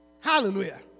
Hallelujah